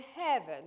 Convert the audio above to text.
heaven